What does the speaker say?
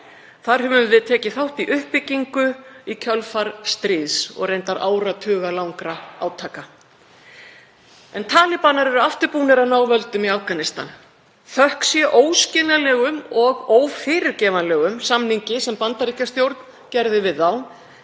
Þar höfum við tekið þátt í uppbyggingu í kjölfar stríðs og reyndar áratugalangra átaka en talibanar hafa aftur náð völdum í Afganistan, þökk sé óskiljanlegum og ófyrirgefanlegum samningi sem Bandaríkjastjórn gerði við þá.